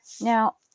Now